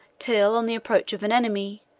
till, on the approach of an enemy,